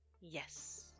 yes